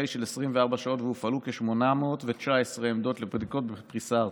של 24 שעות והופעלו כ-819 עמדות לבדיקות בפריסה ארצית.